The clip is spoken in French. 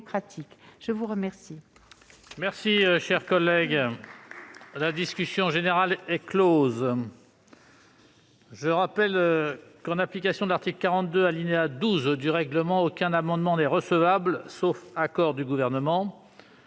Je vous remercie